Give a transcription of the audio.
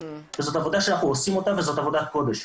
כי זאת עבודה שאנחנו עושים אותה וזאת עבודת קודש.